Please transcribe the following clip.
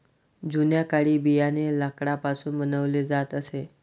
जुन्या काळी बियाणे लाकडापासून बनवले जात असे